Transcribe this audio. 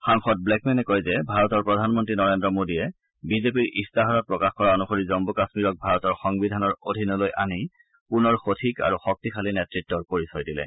সাংসদ ব্ৰেকমেনে কয় যে ভাৰতৰ প্ৰধানমন্ত্ৰী নৰেন্দ্ৰ মোদীয়ে বিজেপিৰ ইস্তাহাৰত প্ৰকাশ কৰা অনুসৰি জমু কাশ্মীৰক ভাৰতৰ সংবিধানৰ অধীনলৈ আনি পুনৰ সঠিক আৰু শক্তিশালী নেত়ত্বৰ পৰিচয় দিলে